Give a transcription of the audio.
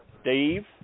Steve